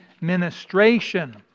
ministration